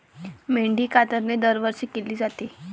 मेंढी कातरणे दरवर्षी केली जाते